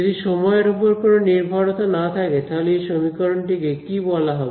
যদি সময়ের উপর কোন নির্ভরতা না থাকে তাহলে এই সমীকরণটি কে কি বলা হবে